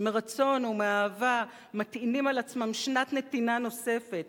שמרצון ומאהבה מטעינים על עצמם שנת נתינה נוספת,